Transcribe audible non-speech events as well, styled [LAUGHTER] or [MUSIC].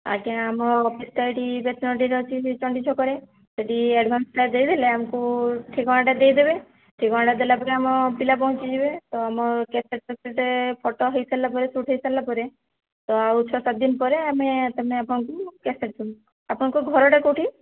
ଆଜ୍ଞା ଆମ ଅଫିସ୍ଟା ଏଇଟି [UNINTELLIGIBLE] ଅଛି ସେଇ ଚଣ୍ଡୀ ଛକରେ ସେଠି ଆଡ଼ଭାନ୍ସଟା ଦେଇ ଦେଲେ ଆମକୁ ଠିକଣାଟା ଦେଇ ଦେବେ ଠିକଣାଟା ଦେଲା ପରେ ଆମ ପିଲା ପହଞ୍ଚିଯିବେ ତ ଆମ କ୍ୟାସେଟ୍ ଫ୍ୟାସେଟ୍ ଫଟୋ ହେଇସାରିଲା ପରେ ସେ ଉଠାଇ ସାରିଲା ପରେ ତ ଆଉ ଛଅ ସାତ ଦିନ ପରେ ଆମେ ତା'ମାନେ ଆପଣଙ୍କୁ କ୍ୟାସେଟ୍ ସବୁ ଆପଣଙ୍କ ଘରଟା କେଉଁଠି